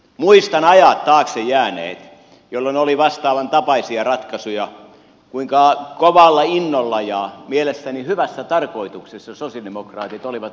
muistan ajat taakse jääneet jolloin oli vastaavantapaisia ratkaisuja kuinka kovalla innolla ja mielestäni hyvässä tarkoituksessa sosialidemokraatit olivat liikkeellä silloin